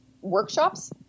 workshops